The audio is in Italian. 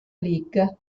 league